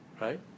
right